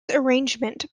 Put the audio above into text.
arrangement